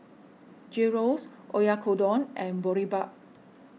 Gyros Oyakodon and Boribap